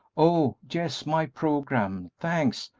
oh, yes, my programme thanks!